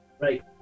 Right